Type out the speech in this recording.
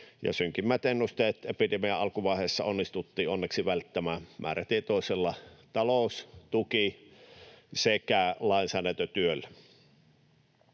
synkimmät ennusteet epidemian alkuvaiheessa onnistuttiin onneksi välttämään määrätietoisella talous-, tuki- sekä lainsäädäntötyöllä.